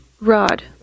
rod